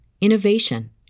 innovation